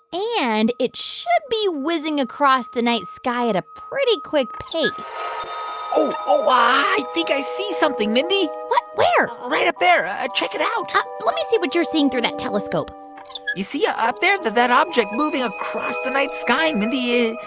and it should be whizzing across the night sky at a pretty quick pace oh, oh, i think i see something, mindy what? where? right up there. ah check it out let me see what you're seeing through that telescope you see ah up there that object moving across the night sky, mindy.